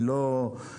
היא לא משמעותית.